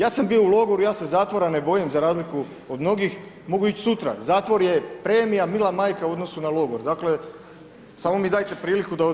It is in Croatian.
Ja sam bio u logoru, ja se zatvora ne bojim, za razliku od mnogih, mogu ići sutra, zatvor je premija, mila majka u odnosu na logor, dakle, samo mi dajte priliku da odem.